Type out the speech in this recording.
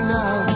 now